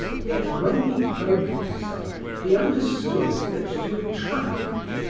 yet when he probed himself he understood that to attract,